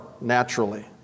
naturally